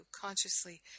consciously